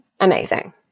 amazing